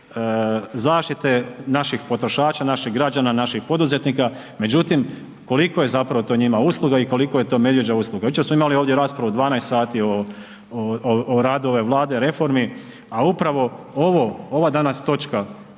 zaštite naših potrošača, naših građana, naših poduzetnika, međutim, koliko je to zapravo njima usluga i koliko je to medvjeđa usluga. Jučer smo imali ovdje raspravu, 12 sati o radu ove vlade, reformi, a upravo, ovo, ova danas točka,